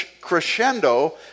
crescendo